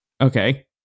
okay